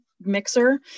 mixer